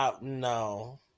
No